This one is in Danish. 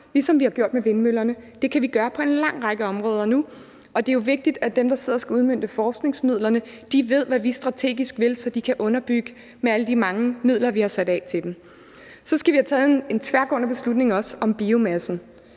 som vi har gjort med vindmøllerne, kan vi gøre på en lang række områder. Det er jo vigtigt, at dem, der sidder og skal udmønte forskningsmidlerne, ved, hvad vi strategisk vil, så de kan understøtte det med alle de mange midler, vi har sat af til det. Så skal vi også have taget en tværgående beslutning om biomassen,